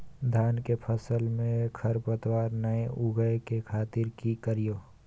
धान के फसल में खरपतवार नय उगय के खातिर की करियै?